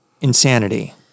insanity